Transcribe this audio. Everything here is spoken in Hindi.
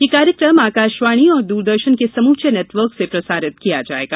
यह कार्यक्रम आकाशवाणी और दूरदर्शन के समूचे नेटवर्क से प्रसारित किया जायेगा